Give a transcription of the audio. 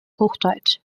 hochdeutsch